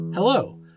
Hello